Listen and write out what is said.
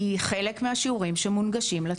היא חלק מהשיעורים שמונגשים לתלמידים.